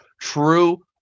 true